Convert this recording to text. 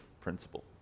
principle